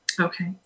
Okay